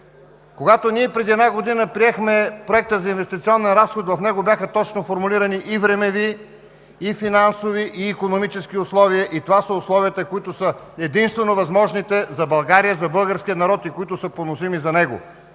Когато ние преди една година приехме Проекта за инвестиционния разход, в него бяха точно формулирани и времеви, и финансови, и икономически условия. Това са единствено възможните условия за България, за българския народ и които са поносими за него.